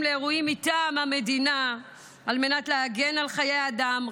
לאירועים מטעם המדינה על מנת להגן על חיי אדם,